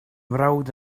mrawd